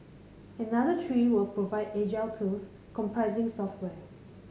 another three will provide agile tools comprising software